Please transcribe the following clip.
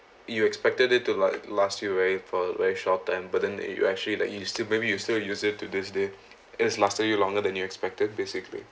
you expected it to like last you very for very short time but then you actually like you still maybe you still use it to this day it lasted you longer than you expected basically